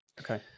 Okay